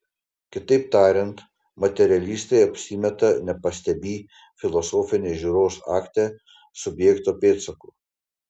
kitaip tariant materialistai apsimeta nepastebį filosofinės žiūros akte subjekto pėdsakų